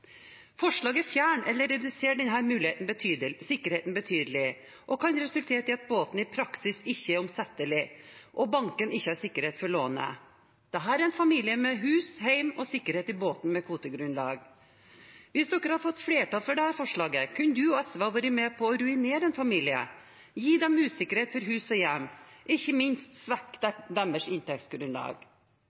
Forslaget fjerner eller reduserer denne sikkerheten betydelig og kan resultere i at båten i praksis ikke er omsettelig, og at banken ikke har sikkerhet for lånet. Dette er en familie med hus, hjem og sikkerhet i båten med kvotegrunnlag. Hvis dere hadde fått flertall for dette forslaget, kunne du og SV vært med på å ruinere en familie, gi dem usikkerhet for hus og hjem og ikke minst svekke deres inntektsgrunnlag.